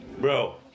Bro